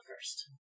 first